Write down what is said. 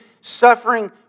suffering